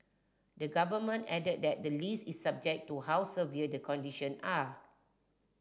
the government added that the list is subject to how severe the conditions are